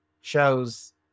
shows